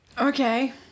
Okay